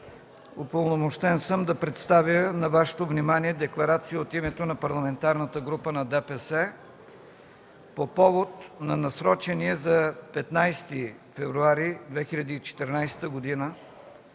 упълномощен съм да представя на Вашето внимание „ДЕКЛАРАЦИЯ от името на Парламентарната група на ДПС по повод на насрочения за 15 февруари 2014 г.